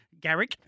Garrick